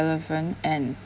relevant and